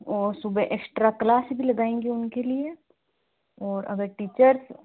और सुबह extra class भी लगाएँगे उनके लिए और अगर टीचर्स